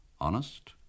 Honest